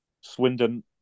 Swindon